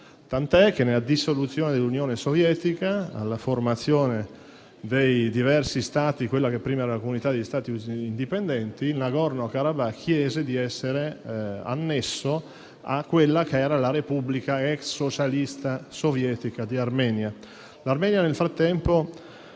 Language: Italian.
tant'è che dalla dissoluzione dell'Unione sovietica alla formazione dei diversi Stati, quella che prima era la comunità di Stati indipendenti, il *Nagorno-Karabakh* chiese di essere annesso a quella che era la Repubblica ex socialista sovietica di Armenia. L'Armenia nel frattempo